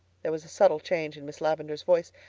there was a subtle change in miss lavendar's voice.